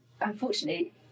unfortunately